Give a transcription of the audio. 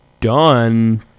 done